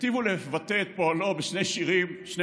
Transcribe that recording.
היטיבו לבטא את פועלו בשני שירים שני